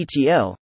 ETL